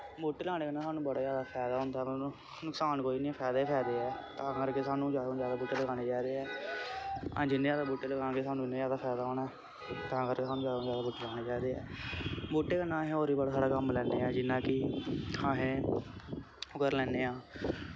बूह्टे लाने कन्नै सानू बड़ा ज्यादा फैदा होंदा ऐ होर नुकसान कोई नी ऐ फैदे ई फैदे ऐ तां करके सानू ज्यादा तो ज्यादा बूह्टे लगाने चाहिदे ऐ अस जिन्ने जादा बूह्टे लगां गे सानू उ'न्ना ज्यादा फैदा होना तां करके सानू ज्यादा तो ज्यादा बूह्टे लगाने चाहिदे ऐ बूह्टे कन्नै अस होर बी बड़ा सारा कम्म लैन्ने आं जियां कि अस ओह् कर लैन्ने आं